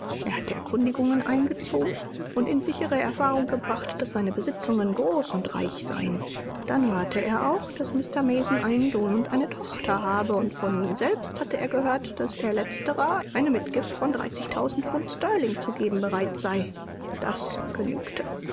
er hatte erkundigungen eingezogen und in sichere erfahrung gebracht daß seine besitzungen groß und reich seien dann hörte er auch daß mr mason einen sohn und eine tochter habe und von ihm selbst hatte er gehört daß er letzterer eine mitgift von dreißigtausend pfund sterling zu geben bereit sei das genügte